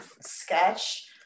sketch